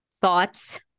Thoughts